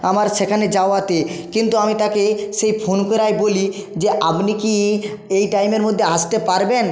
আমার সেখানে যাওয়াতে কিন্তু আমি তাকে সে ফোন করায় বলি যে আপনি কি এই টাইমের মধ্যে আসতে পারবেন